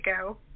go